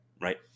right